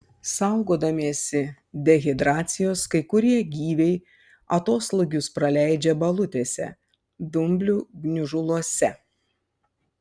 saugodamiesi dehidracijos kai kurie gyviai atoslūgius praleidžia balutėse dumblių gniužuluose